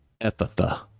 epitha